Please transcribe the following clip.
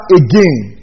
again